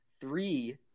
three